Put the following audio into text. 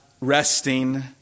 resting